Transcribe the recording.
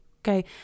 Okay